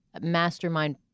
mastermind